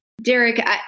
Derek